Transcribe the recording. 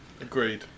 agreed